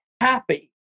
happy